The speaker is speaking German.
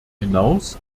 hinaus